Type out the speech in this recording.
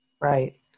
Right